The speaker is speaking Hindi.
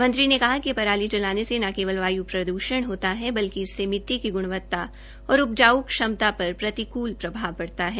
मंत्री ने कहा कि पराली जलाने से ने केवल वाय् प्रदूषण होता है बल्कि इससे मिट्टी के ग्णवता और उपजाऊ क्षमता पर प्रतिकूल प्रभाव पड़ता है